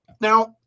Now